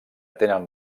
tenen